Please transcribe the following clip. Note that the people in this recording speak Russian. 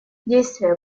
действия